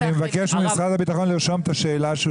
מבקש ממשרד הביטחון לרשום את השאלה שהוא